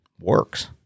works